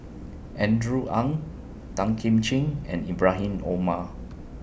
Andrew Ang Tan Kim Ching and Ibrahim Omar